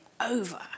over